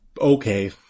Okay